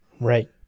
Right